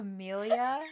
Amelia